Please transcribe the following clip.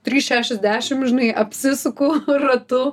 trys šešiasdešim žinai apsisuku ratu